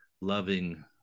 loving